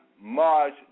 March